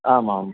आमाम्